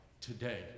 today